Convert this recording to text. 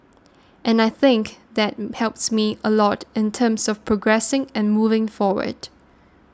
and I think that helps me a lot in terms of progressing and moving forward